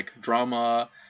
drama